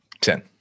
Ten